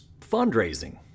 fundraising